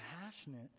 passionate